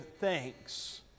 Thanks